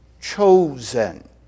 chosen